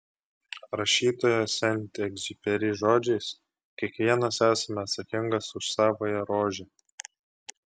rašytojo sent egziuperi žodžiais kiekvienas esame atsakingas už savąją rožę